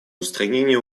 устранения